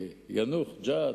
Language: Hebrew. ליאנוח-ג'ת.